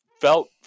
felt